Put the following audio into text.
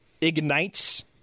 ignites